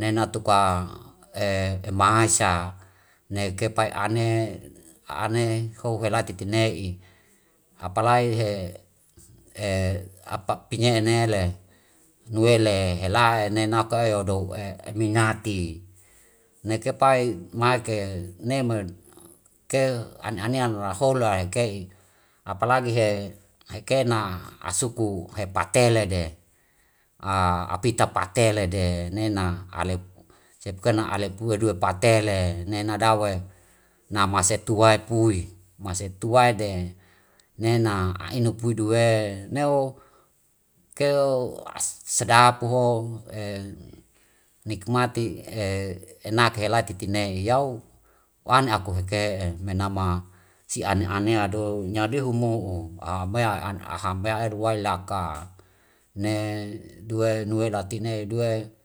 nena tuka ema aisa neka pai ane ho hela titine'i. Apalai he apa pinye enele nuele hela nena ka'e yodo hu eminati. Ne ke pai maike neme ke ane anea ra hola eike'i apalagi he heikena asuki hepa tele de apita patele de nena sepuke na ale pue due patele nena dau'e nama se tuwai pui, mase tuwai de nena a'inu pui due neo keo sadapuho nikmati enak helai titine yau wan aku heke'e menama si an anea do nya dehu mo'o amea an ahema duwai laka ne due nuela tine due.